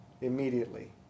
immediately